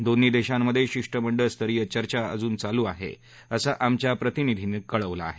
दोन्ही देशांमधे शिष्टमंडळ स्तरीय चर्चा अजून चालू आहे असं आमच्या प्रतिनिधीनं कळवलं आहे